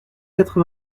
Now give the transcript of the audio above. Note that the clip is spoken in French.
quatre